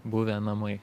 buvę namai